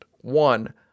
One